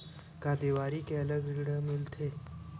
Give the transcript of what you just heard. का देवारी के अलग ऋण मिलथे?